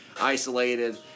isolated